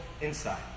inside